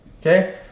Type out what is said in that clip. Okay